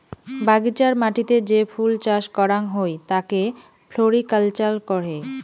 বাগিচার মাটিতে যে ফুল চাস করাং হই তাকে ফ্লোরিকালচার কহে